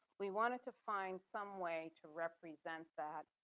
we wanted to find some way to represent that,